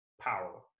power